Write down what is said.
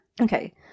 Okay